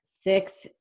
Six